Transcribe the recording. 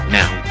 now